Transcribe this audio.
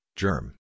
germ